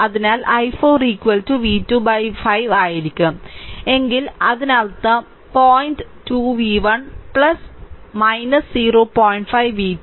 അതിനാൽ i4 v2 5 എങ്കിൽ അതിനർത്ഥം പോയിന്റ് 2 v1 0